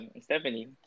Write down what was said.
Stephanie